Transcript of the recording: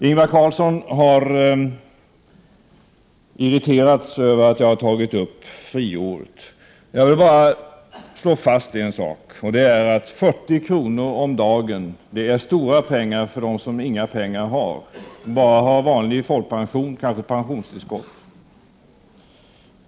Ingvar Carlsson har irriterats över att jag tog upp friåret. Jag vill bara slå fast en sak, nämligen att 40 kr. om dagen är stora pengar för dem som inga pengar har, för dem som bara har vanlig folkpension och kanske pensionstillskott.